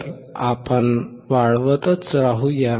तर आपण वाढतच राहू या